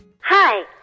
Hi